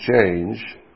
change